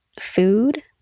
food